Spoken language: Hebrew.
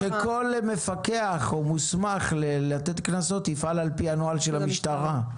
שכל מפקח או מוסמך לתת קנסות יפעל על פי הנוהל של המשטרה.